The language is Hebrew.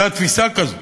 הייתה תפיסה כזאת.